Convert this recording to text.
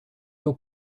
your